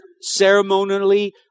ceremonially